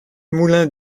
moulin